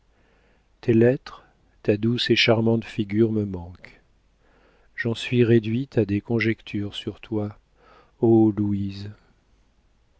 tes lettres ta douce et charmante figure me manquent j'en suis réduite à des conjectures sur toi ô louise